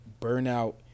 Burnout